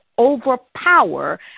overpower